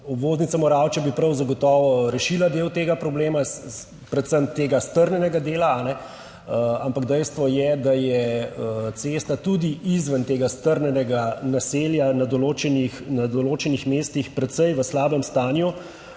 Obvoznica Moravče bi prav zagotovo rešila del tega problema, predvsem tega strnjenega dela, ampak dejstvo je, da je cesta tudi izven tega strnjenega naselja na določenih mestih precej v slabem stanju